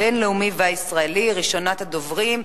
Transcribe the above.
5360,